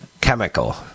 chemical